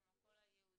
כמו כל היהודים,